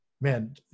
man